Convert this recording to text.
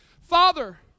Father